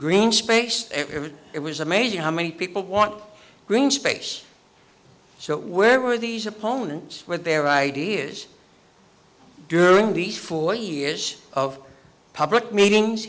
green space ever it was amazing how many people want green space so where were these opponents with their ideas during these four years of public meetings